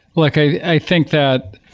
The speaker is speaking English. look, i think that